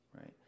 right